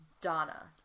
Donna